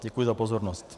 Děkuji za pozornost.